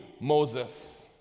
Moses